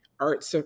art